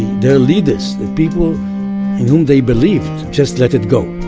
their leaders, the people in whom they believed, just let it go.